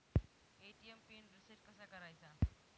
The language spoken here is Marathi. ए.टी.एम पिन रिसेट कसा करायचा?